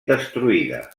destruïda